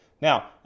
Now